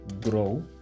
grow